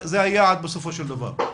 זה היעד בסופו של דבר.